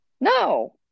no